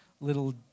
little